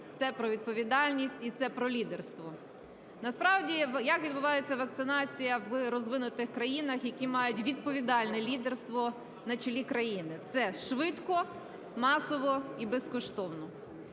це про відповідальність і це про лідерство. Насправді як відбувається вакцинація в розвинутих країнах, які мають відповідальне лідерство на чолі країни? Це швидко, масово і безкоштовно.